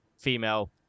female